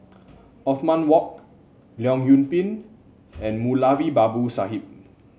Othman Wok Leong Yoon Pin and Moulavi Babu Sahib